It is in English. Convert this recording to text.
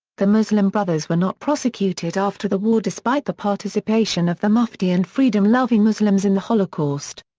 the muslim brothers were not prosecuted after the war despite the participation of the mufti and freedom-loving muslims in the holocaust.